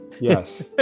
Yes